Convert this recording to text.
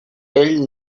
ell